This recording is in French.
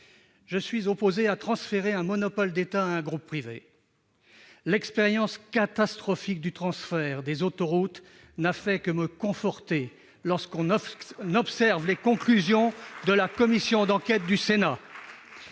Je suis opposé au transfert d'un monopole d'État à un groupe privé. L'expérience catastrophique du transfert des autoroutes n'a fait que me conforter. Voyez les conclusions de la commission d'enquête du Sénat